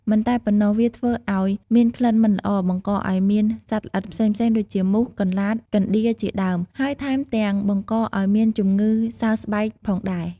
មិនតែប៉ុណ្ណោះវាធ្វើឲ្យមានក្លិនមិនល្អ បង្កឲ្យមានសត្វល្អិតផ្សេងៗដូចជា មូស កន្លាត កណ្តៀរជាដើម ហើយថែមទាំងបង្កឲ្យមានជំងឺសើស្បែកផងដែរ។